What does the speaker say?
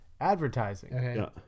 advertising